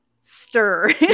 stir